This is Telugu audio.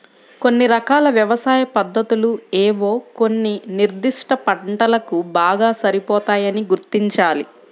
కొన్ని రకాల వ్యవసాయ పద్ధతులు ఏవో కొన్ని నిర్దిష్ట పంటలకు బాగా సరిపోతాయని గుర్తించాలి